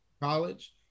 college